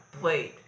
played